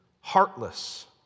heartless